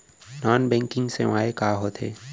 non banking सेवाएं का होथे